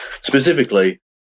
Specifically